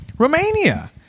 Romania